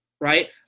right